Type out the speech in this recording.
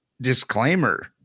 disclaimer